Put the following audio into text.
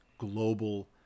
global